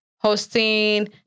hosting